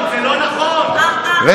זה לא נכון, קטי.